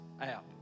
app